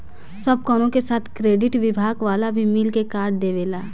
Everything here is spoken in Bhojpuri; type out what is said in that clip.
सब कवनो के साथ क्रेडिट विभाग वाला भी मिल के कार्ड देवेला